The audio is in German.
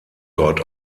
dort